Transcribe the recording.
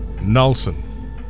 Nelson